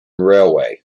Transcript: railway